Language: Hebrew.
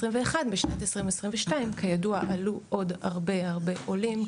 בשנת 2022 כידוע עלו עוד הרבה הרבה עולים,